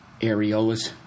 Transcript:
areolas